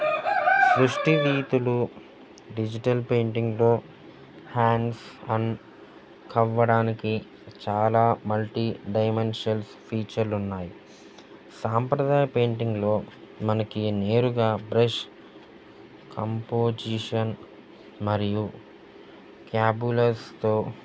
సృష్టినీతులు digital పెయింటింగ్లో hands and కవ్వడానికి చాలా మల్టీ డైమెన్షల్స్ ఫీచర్లు ఉన్నాయి సాంప్రదాయ పెయింటింగ్లో మనకి నేరుగా బ్రష్ కంపోజిషన్ మరియు క్యాబులర్స్తో